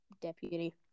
deputy